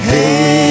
Hey